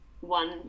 one